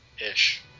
Ish